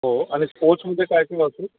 हो आणि स्पोर्टसमध्ये काय काय असेल